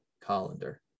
Colander